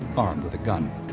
armed with a gun.